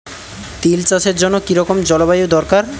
তিল চাষের জন্য কি রকম জলবায়ু দরকার?